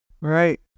Right